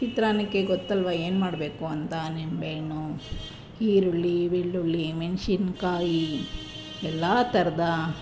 ಚಿತ್ರಾನ್ನಕ್ಕೆ ಗೊತ್ತಲ್ವ ಏನ್ಮಾಡ್ಬೇಕು ಅಂತ ನಿಂಬೆ ಹಣ್ಣು ಈರುಳ್ಳಿ ಬೆಳ್ಳುಳ್ಳಿ ಮೆಣಸಿನ್ಕಾಯಿ ಎಲ್ಲ ಥರದ